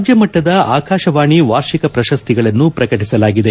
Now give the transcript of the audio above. ರಾಜ್ಞಮಟ್ಟದ ಆಕಾಶವಾಣಿ ವಾರ್ಷಿಕ ಪ್ರಶಸ್ತಿಗಳನ್ನು ಪ್ರಕಟಿಸಲಾಗಿದೆ